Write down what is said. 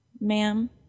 ma'am